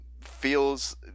feels